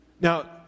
Now